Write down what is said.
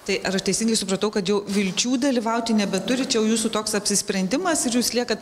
tai ar aš teisingai supratau kad jau vilčių dalyvauti nebeturit čia jau jūsų toks apsisprendimas ir jūs liekat